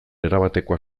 erabatekoa